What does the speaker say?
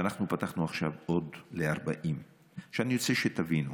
אנחנו פתחנו עכשיו לעוד 40. אני רוצה שתבינו,